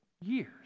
years